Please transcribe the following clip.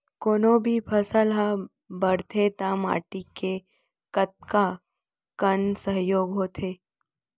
कोनो भी फसल हा बड़थे ता माटी के कतका कन सहयोग होथे?